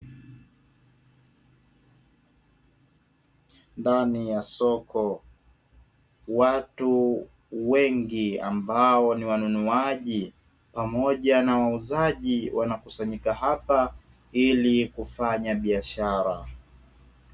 Ndani ya soko watu wengi, ambao ni wanunuaji pamoja na wanunuaji wanakusanyika hapa kufanya biashara.